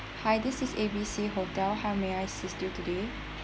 hi this is A B C hotel how may I assist you today